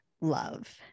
Love